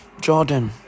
Jordan